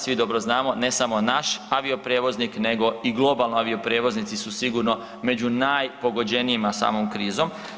Svi dobro znamo ne samo naš avioprijevoznik nego i globalno avioprijevoznici su sigurno među najpogođenijima samom krizom.